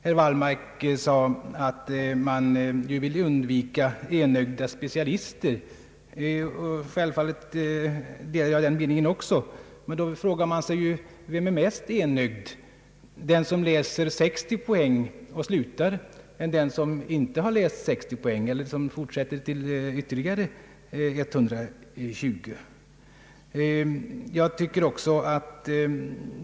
Herr Wallmark sade att man vill undvika enögda specialister. Jag delar självfallet den meningen, men då frågar man sig: Vem är mest enögd, den som läser 60 poäng och slutar eller den som fortsätter till 120?